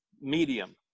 Medium